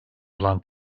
olan